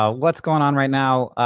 um what's going on right now?